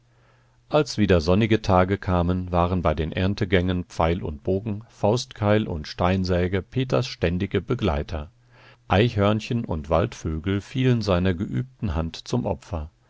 als wieder sonnige tage kamen waren bei den erntegängen pfeil und bogen faustkeil und steinsäge peters ständige begleiter eichhörnchen und waldvögel fielen seiner geübten hand zum opfer